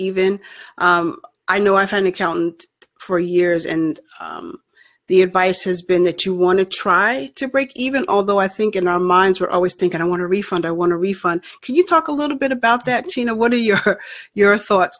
even i know i phone account for years and the advice has been that you want to try to break even although i think in our minds are always thinking i want a refund i want to refund can you talk a little bit about that you know what are your your thoughts